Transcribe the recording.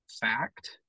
fact